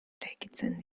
eraikitzen